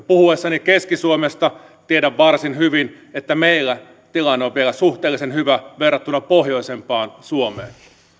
puhuessani keski suomesta tiedän varsin hyvin että meillä tilanne on vielä suhteellisen hyvä verrattuna pohjoisempaan suomeen